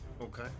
Okay